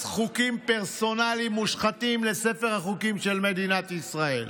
חוקים פרסונליים מושחתים לספר החוקים של מדינת ישראל.